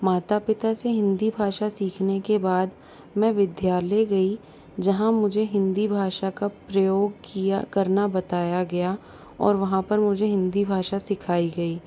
माता पिता से हिंदी भाषा सीखने के बाद मैं विद्यालय गयी जहाँ मुझे हिंदी भाषा का प्रयोग किया करना बताया गया और वहाँ पर मुझे हिंदी भाषा सिखाई गई